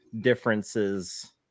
differences